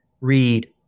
read